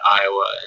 Iowa